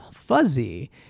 fuzzy